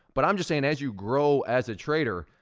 but i'm just saying, as you grow as a trader,